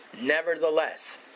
Nevertheless